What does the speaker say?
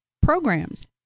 programs